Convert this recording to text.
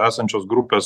esančios grupės